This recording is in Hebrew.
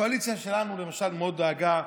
הקואליציה שלנו למשל מאוד דאגה,